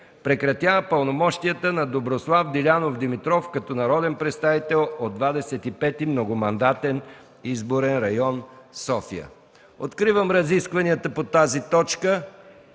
Прекратява пълномощията на Доброслав Дилянов Димитров като народен представител от 25. многомандатен изборен район – София.” Откривам разискванията по тази точка.